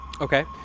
Okay